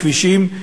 כבישים,